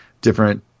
different